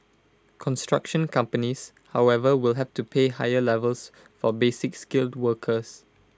construction companies however will have to pay higher levies for basic skilled workers